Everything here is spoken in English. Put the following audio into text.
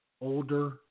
older